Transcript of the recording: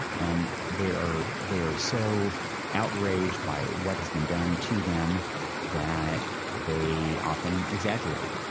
and they are they are so outraged by what has been done to them that they often exaggerate,